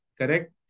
Correct